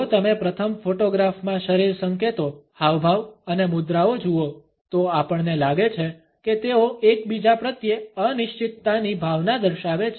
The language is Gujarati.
જો તમે પ્રથમ ફોટોગ્રાફમાં શરીર સંકેતો હાવભાવ અને મુદ્રાઓ જુઓ તો આપણને લાગે છે કે તેઓ એકબીજા પ્રત્યે અનિશ્ચિતતાની ભાવના દર્શાવે છે